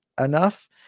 enough